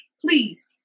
please